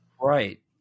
Right